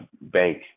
bank